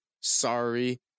sorry